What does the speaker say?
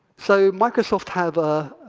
so microsoft have ah